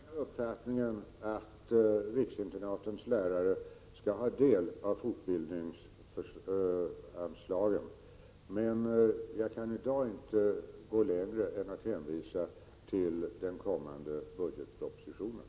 Herr talman! Jag delar uppfattningen att riksinternatens lärare skall ha del av fortbildningsanslaget. Men jag kan i dag inte gå längre än att hänvisa till den kommande budgetpropositionen.